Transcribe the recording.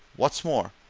what's more,